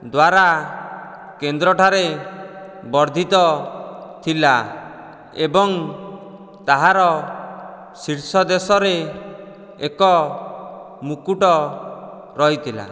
ଦ୍ଵାରା କେନ୍ଦ୍ରଠାରେ ବର୍ଦ୍ଧିତ ଥିଲା ଏବଂ ତାହାର ଶୀର୍ଷ ଦେଶରେ ଏକ ମୁକୁଟ ରହିଥିଲା